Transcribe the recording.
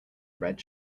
red